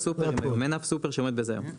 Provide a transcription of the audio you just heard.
זה כל הסופרים היום, אין אף סופר שעומד בזה היום.